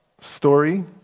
story